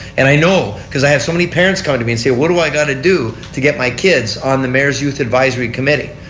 and i know because i have so many parents come to me and say what do i have to do to get my kids on the mayor's youth advisory committee.